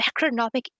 macroeconomic